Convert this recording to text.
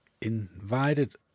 invited